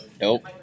Nope